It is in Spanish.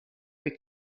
que